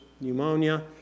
pneumonia